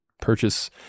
purchase